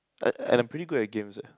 I I'm pretty good at games eh